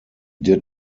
did